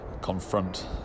confront